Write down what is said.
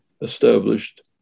established